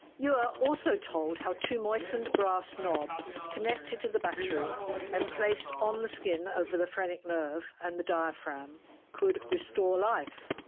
ure also told how two moistened brass knobs connected to the battery and placed on the skin over the phrenic nerve and the diaphragm could restore life.